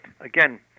again